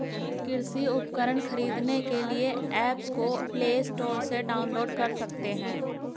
कृषि उपकरण खरीदने के लिए एप्स को प्ले स्टोर से डाउनलोड कर सकते हैं